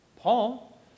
Paul